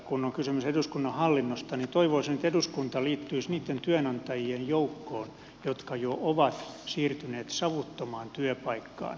kun on kysymys eduskunnan hallinnosta niin toivoisin että eduskunta liittyisi niitten työnantajien joukkoon jotka jo ovat siirtyneet savuttomaan työpaikkaan